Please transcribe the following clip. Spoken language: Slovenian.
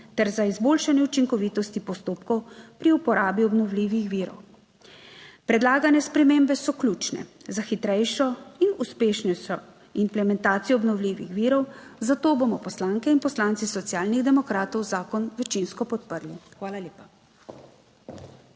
ter za izboljšanje učinkovitosti postopkov pri uporabi obnovljivih virov. Predlagane spremembe so ključne za hitrejšo in uspešnejšo implementacijo obnovljivih virov, zato bomo poslanke in poslanci Socialnih demokratov zakon večinsko podprli. Hvala lepa.